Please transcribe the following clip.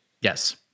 Yes